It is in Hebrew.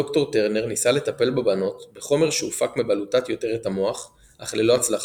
ד"ר טרנר ניסה לטפל בבנות בחומר שהופק מבלוטת יותרת המוח אך ללא הצלחה.